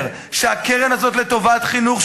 הקרן לחינוך,